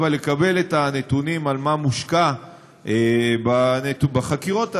אבל לקבל את הנתונים על מה מושקע בחקירות האלה,